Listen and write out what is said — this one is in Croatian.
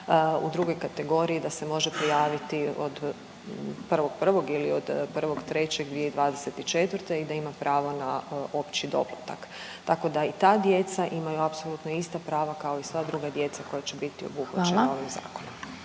u drugoj kategoriji da se može prijaviti od 1.01. ili od 1.03.2024. i da ima pravo na opći doplatak. Tako da i ta djeca imaju apsolutno ista prava kao i sva druga djeca koja će biti obuhvaćena …/Upadica